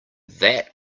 that